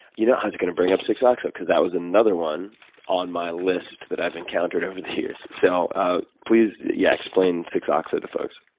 you know, i was going to bring up six oxyl, because that was another one on my list that i've encountered over the years. so please yeah explain six oxyl to folks.